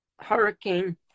hurricane